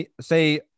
say